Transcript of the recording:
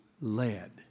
led